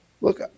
look